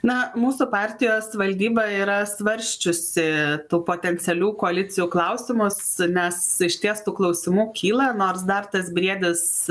na mūsų partijos valdyba yra svarsčiusi tų potencialių koalicijų klausimus nes išties tų klausimų kyla nors dar tas briedis